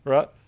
Right